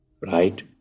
right